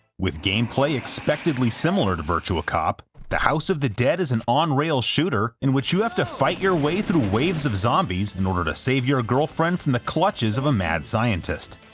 with gameplay expectedly similar to virtua cop, the house of the dead is an on-rails shooter in which you have to fight your way through waves of zombies in order to save your girlfriend from the clutches of a mad scientist.